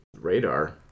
radar